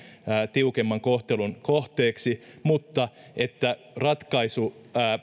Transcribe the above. tiukemman kohtelun kohteeksi mutta että ratkaisu